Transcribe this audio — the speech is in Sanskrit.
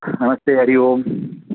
नमस्ते हरिः ओम्